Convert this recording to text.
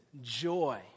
joy